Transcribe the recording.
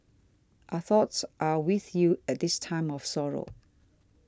our thoughts are with you at this time of sorrow